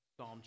psalm